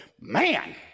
man